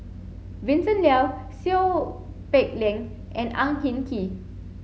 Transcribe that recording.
Vincent Leow Seow Peck Leng and Ang Hin Kee